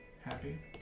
Happy